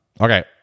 Okay